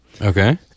okay